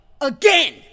AGAIN